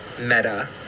meta